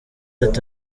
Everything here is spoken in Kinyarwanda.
ati